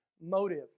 motive